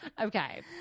Okay